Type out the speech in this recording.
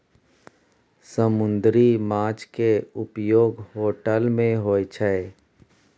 समुन्दरी माछ केँ उपयोग होटल मे होइ छै